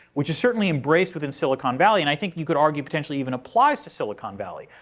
which is certainly embraced within silicon valley. and i think you could argue potentially even applies to silicon valley,